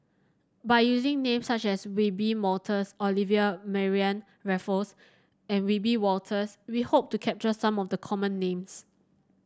by using names such as Wiebe Wolters Olivia Mariamne Raffles and Wiebe Wolters we hope to capture some of the common names